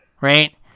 Right